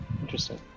Interesting